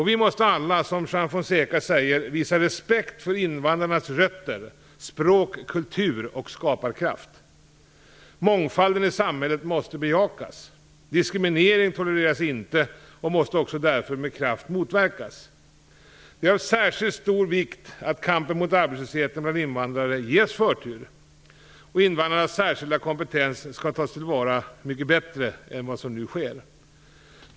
Vi måste alla, som Juan Fonseca säger, visa respekt för invandrarnas rötter, språk, kultur och skaparkraft. Mångfalden i samhället måste bejakas. Diskriminering tolereras inte och måste också därför med kraft motverkas. Det är av särskilt stor vikt att kampen mot arbetslösheten bland invandrare ges förtur. Invandrarnas särskilda kompetens skall tas till vara mycket bättre än vad som nu sker.